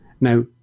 Now